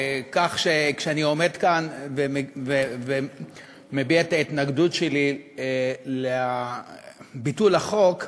כך שכשאני עומד כאן ומביע את ההתנגדות שלי לביטול החוק,